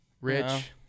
Rich